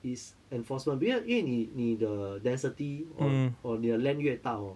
is enforcement because 因为你你的 density on on their land 越大 hor